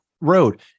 road